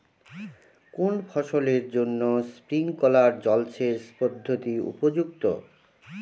কোন ফসলের জন্য স্প্রিংকলার জলসেচ পদ্ধতি উপযুক্ত?